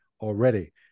already